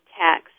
tax